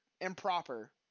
improper